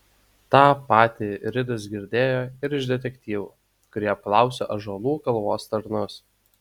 tą patį ridas girdėjo ir iš detektyvų kurie apklausė ąžuolų kalvos tarnus